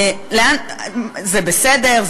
זה בסדר,